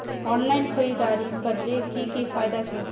Online खरीदारी करले की की फायदा छे?